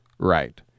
Right